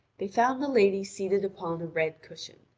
they found the lady seated upon a red cushion.